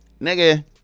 Nigga